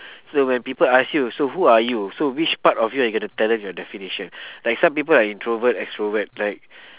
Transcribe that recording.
so when people ask you so who are you so which part of you are you gonna tell them your definition like some people are introvert extrovert like